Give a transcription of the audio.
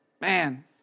Man